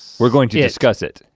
we're going to yeah discuss it.